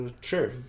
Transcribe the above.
sure